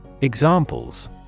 Examples